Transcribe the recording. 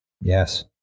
Yes